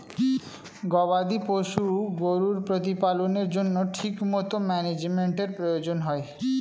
গবাদি পশু গরুর প্রতিপালনের জন্য ঠিকমতো ম্যানেজমেন্টের প্রয়োজন হয়